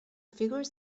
figure